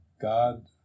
God